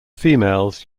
females